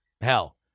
Hell